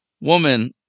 woman